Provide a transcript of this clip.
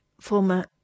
former